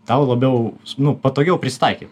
tau labiau nu patogiau prisitaikyt